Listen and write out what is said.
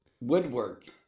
Woodwork